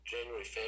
January